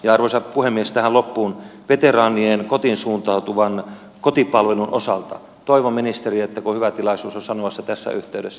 arvoisa puhemies tähän loppuun veteraanien kotiin suuntautuvan kotipalvelun osalta toivon ministeri kun on hyvä tilaisuus sanoa se tässä yhteydessä